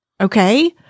Okay